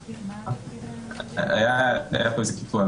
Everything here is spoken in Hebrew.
היה פה איזה קיטוע.